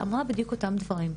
שאמרה בדיוק את אותם הדברים.